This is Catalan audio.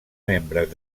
membres